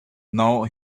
now